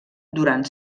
durant